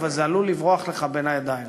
אבל זה עלול לברוח לך בין הידיים.